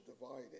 divided